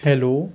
hello